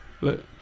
Look